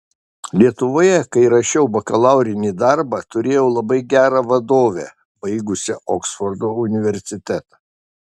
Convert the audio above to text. lietuvoje kai rašiau bakalaurinį darbą turėjau labai gerą vadovę baigusią oksfordo universitetą